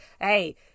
hey